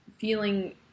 feeling